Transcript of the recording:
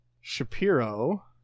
Shapiro